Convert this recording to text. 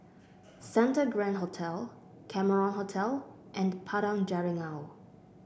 Santa Grand Hotel Cameron Hotel and Padang Jeringau